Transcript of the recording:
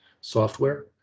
software